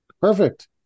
perfect